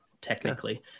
technically